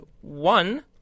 one